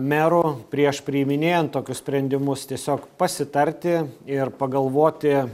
mero prieš priiminėjant tokius sprendimus tiesiog pasitarti ir pagalvoti